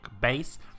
base